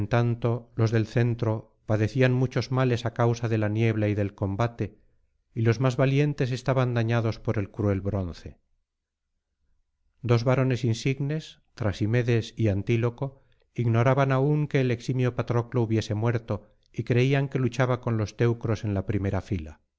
los del centro padecían muchos males á causa de la niebla y del combate y los más valientes estaban dañados por el cruel bronce dos varones insignes trasimedes y antíloco ignoraban aún que el eximio patroclo hubiese muerto y creían que luchaba con los teucros en la primera fila